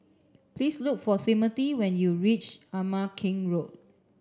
please look for Timmothy when you reach Ama Keng Road